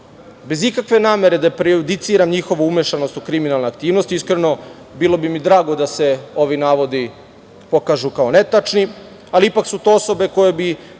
ikakve namere da prejudicira njihovu umešanost u kriminalne aktivnosti, iskreno bilo bi mi drago da se ovi navodi pokažu kao netačni, ali ipak su to osobe koje bi